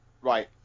Right